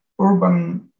urban